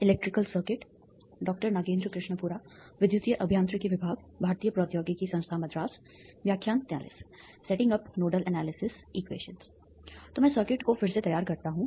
setting up nodal analysis equations तो मैं circuit को फिर से तैयार करता हूं